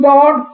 God